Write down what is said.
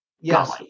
Yes